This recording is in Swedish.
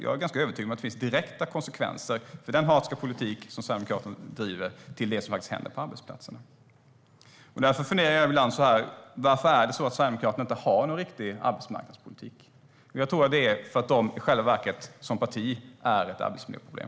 Jag är ganska övertygad om att det finns direkta konsekvenser av den hatiska politik som Sverigedemokraterna driver och det som händer på arbetsplatser. Varför har inte Sverigedemokraterna någon riktig arbetsmarknadspolitik? Jag tror att det är för att Sverigedemokraterna som parti i själva verket är ett arbetsmiljöproblem.